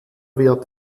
wird